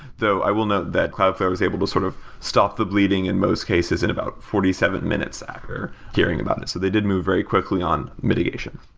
though, i will note that cloudflare was able to sort of stop the bleeding in most cases in about forty seven minutes after hearing about this. so they did move very quickly on mitigation.